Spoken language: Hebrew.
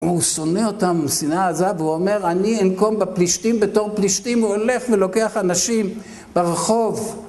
הוא שונא אותם שנאה עזה, והוא אומר אני אנקום בפלישתים בתור פלישתים, הוא הולך ולוקח אנשים ברחוב.